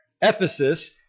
Ephesus